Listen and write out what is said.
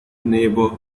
neighbor